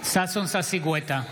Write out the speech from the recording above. ששון ששי גואטה,